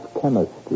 chemistry